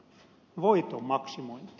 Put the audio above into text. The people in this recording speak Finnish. voiton maksimointi